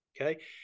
Okay